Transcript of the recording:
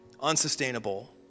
Unsustainable